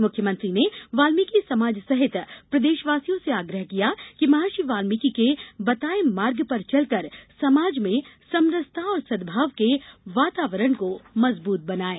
मुख्यमंत्री ने वाल्मीकि समाज सहित प्रदेशवासियों से आग्रह किया कि महर्षि वाल्मीकि के बताये मार्ग पर चलकर समाज में समरसता और सद्भाव के वातावरण को मजबूत बनायें